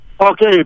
Okay